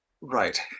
right